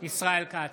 ישראל כץ,